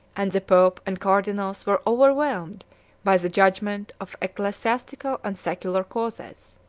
and the pope and cardinals were overwhelmed by the judgment of ecclesiastical and secular causes.